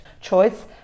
choice